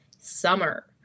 Summer